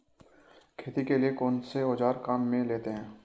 खेती के लिए कौनसे औज़ार काम में लेते हैं?